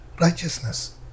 righteousness